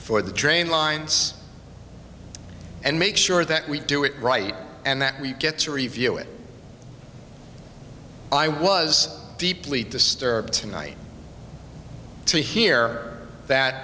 for the train lines and make sure that we do it right and that we get to review it i was deeply disturbed tonight to hear that